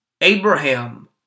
Abraham